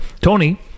tony